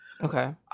Okay